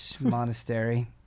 monastery